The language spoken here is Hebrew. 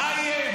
מה יהיה,